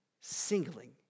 singling